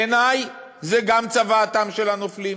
בעיני זה גם צוואתם של הנופלים,